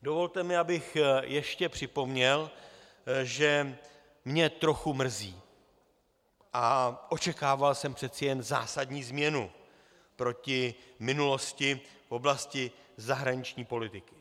Dovolte mi, abych ještě připomněl, že mě trochu mrzí, a očekával jsem přece jen zásadní změnu proti minulosti v oblasti zahraniční politiky.